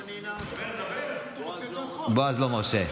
חבר הכנסת מיקי לוי, בועז לא מרשה,